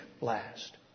last